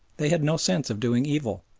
they had no sense of doing evil.